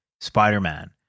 Spider-Man